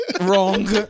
Wrong